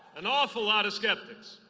an awful lot of skeptics,